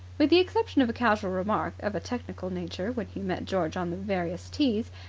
with the exception of a casual remark of a technical nature when he met george on the various tees,